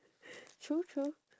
true true